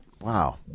Wow